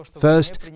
First